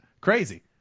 Crazy